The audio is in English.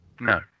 No